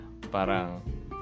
parang